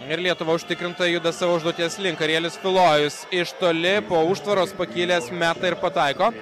ir lietuva užtikrintai juda savo užduoties link arielis tulojus iš toli po užtvaros pakilęs meta ir pataiko